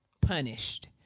punished